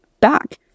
back